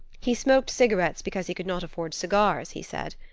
he smoked cigarettes because he could not afford cigars, he said.